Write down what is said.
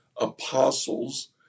apostles